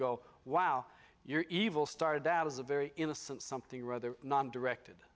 go wow your evil started out as a very innocent something rather directed